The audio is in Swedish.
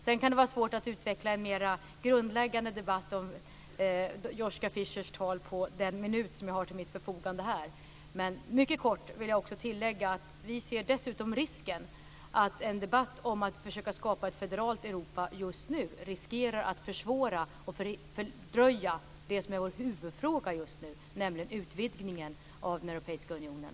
Sedan kan det vara svårt att utveckla en mer grundläggande debatt om Joschka Fischers tal på den minut som jag har till mitt förfogande här, Men mycket kort vill jag tillägga att vi dessutom ser risken att en debatt om att försöka att skapa ett federalt Europa just nu kan försvåra och fördröja det som är vår huvudfråga, nämligen utvidgningen av den europeiska unionen.